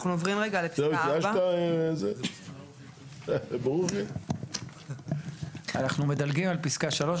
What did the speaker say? אנחנו עוברים רגע לפסקה 4. אנחנו מדלגים על פסקה 3,